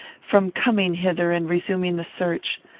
from coming hither and resuming the search.